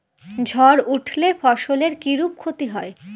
ঝড় উঠলে ফসলের কিরূপ ক্ষতি হয়?